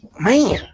Man